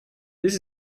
this